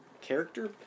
character